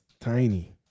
Tiny